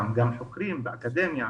גם חוקרים באקדמיה,